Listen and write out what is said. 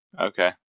okay